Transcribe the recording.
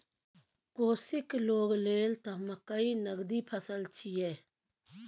कोशीक लोग लेल त मकई नगदी फसल छियै